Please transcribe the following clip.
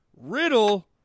Riddle